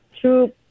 True